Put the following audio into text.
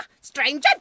Stranger